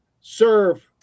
serve